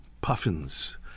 puffins